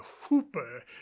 hooper